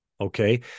Okay